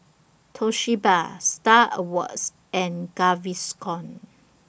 Toshiba STAR Awards and Gaviscon